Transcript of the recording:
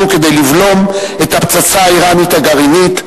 כדי לבלום את הפצצה הגרעינית האירנית,